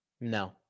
No